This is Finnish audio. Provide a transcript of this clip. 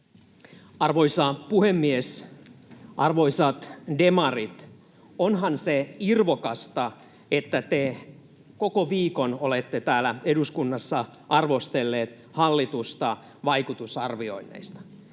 Arvoisa puhemies! Arvoisat demarit, onhan se irvokasta, että te koko viikon olette täällä eduskunnassa arvostelleet hallitusta vaikutusarvioinneista.